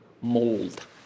mold